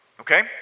okay